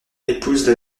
épouse